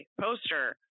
poster